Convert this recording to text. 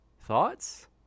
Thoughts